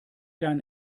dein